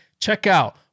checkout